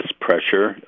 pressure